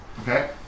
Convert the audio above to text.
Okay